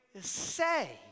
say